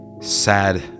sad